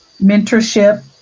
mentorship